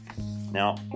Now